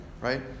right